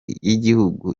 y’igihugu